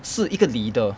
是一个 leader